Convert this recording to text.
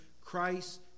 Christ